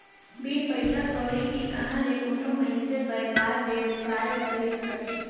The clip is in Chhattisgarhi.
बिन पइसा कउड़ी के कहां ले कोनो मइनसे बयपार बेवसाय करे सकही